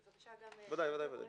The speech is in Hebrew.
בבקשה גם מולנו.